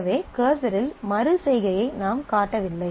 எனவே கர்சரில் மறு செய்கையை நாம் காட்டவில்லை